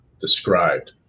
Described